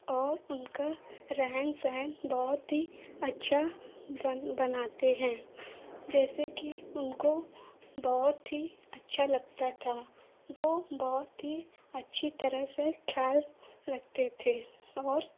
और इनका रहन सहन बहुत ही अच्छा बन बनाते हैं जैसे कि उनको बहुत ही अच्छा लगता था वो बहुत ही अच्छी तरह से ख्याल रखते थे और